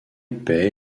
paie